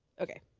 Okay